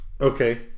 Okay